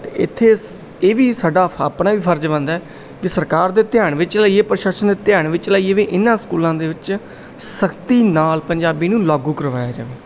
ਅਤੇ ਇੱਥੇ ਸ ਇਹ ਵੀ ਸਾਡਾ ਆਪਣਾ ਵੀ ਫਰਜ਼ ਬਣਦਾ ਹੈ ਵੀ ਸਰਕਾਰ ਦੇ ਧਿਆਨ ਵਿੱਚ ਲਿਆਈਏ ਪ੍ਰਸ਼ਾਸਨ ਦੇ ਧਿਆਨ ਵਿੱਚ ਲਿਆਈਏ ਵੀ ਇਹਨਾਂ ਸਕੂਲਾਂ ਦੇ ਵਿੱਚ ਸਖਤੀ ਨਾਲ ਪੰਜਾਬੀ ਨੂੰ ਲਾਗੂ ਕਰਵਾਇਆ ਜਾਵੇ